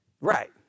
right